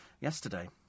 yesterday